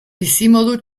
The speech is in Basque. bizimodu